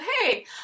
hey